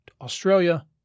Australia